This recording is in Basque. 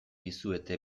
dizuete